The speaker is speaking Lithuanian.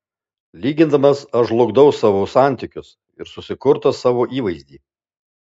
lygindamas aš žlugdau savo santykius ir susikurtą savo įvaizdį